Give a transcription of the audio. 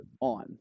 on